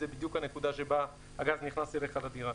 זו בדיוק הנקודה שבה הגז נכנס אליך לדירה.